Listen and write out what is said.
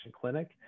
clinic